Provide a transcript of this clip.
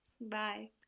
bye